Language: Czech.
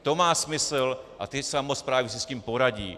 To má smysl a ty samosprávy si s tím poradí.